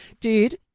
Dude